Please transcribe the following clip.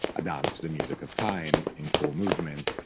a dance to the music of time, in four movements,